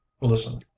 listen